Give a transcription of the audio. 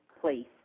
place